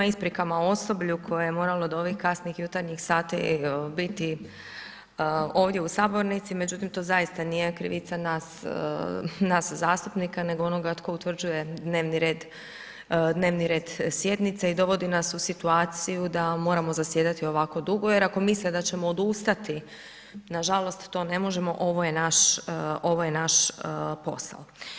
Isprikama osoblju koje je moralo do ovih kasnih jutarnjih sati biti ovdje u sabornici, međutim, to zaista nije krivica nas zastupnika nego onoga tko utvrđuje dnevni red sjednice i dovodi nas u situaciju da moramo zajedati ovako dugo jer ako misle da ćemo odustati nažalost to ne možemo, ovo je naš, ovo je naš posao.